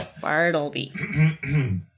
Bartleby